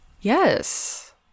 Yes